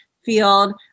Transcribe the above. field